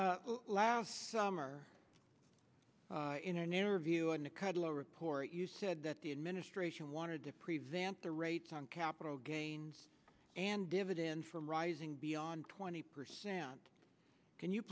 savings last summer in an interview on the kudlow report you said that the administration wanted to prevent the rate on capital gains and dividends from rising beyond twenty percent can you